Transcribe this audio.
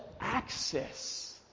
access